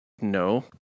No